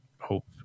hope